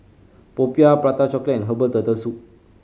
popiah Prata Chocolate and herbal Turtle Soup